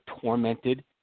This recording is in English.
tormented